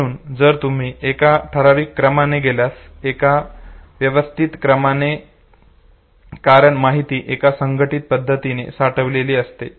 म्हणून जर तुम्ही एका ठराविक क्रमाने गेल्यास एका व्यवस्थित क्रमाने कारण माहिती एका संघटीत पद्धतीने साठविलेली असते